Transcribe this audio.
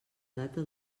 data